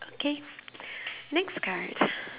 okay next card